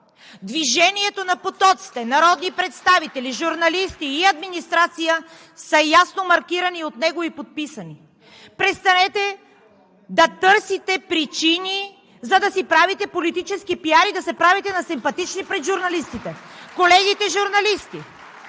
Движението на потоците народни представители, журналисти и администрация е ясно маркирано и подписано от него. Престанете да търсите причини, за да си правите политически пиар и да се правите на симпатични пред журналистите. (Ръкопляскания